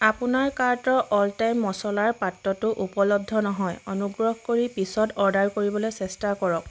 আপোনাৰ কাৰ্টৰ all time মছলাৰ পাত্ৰটো উপলব্ধ নহয় অনুগ্ৰহ কৰি পিছত অৰ্ডাৰ কৰিবলৈ চেষ্টা কৰক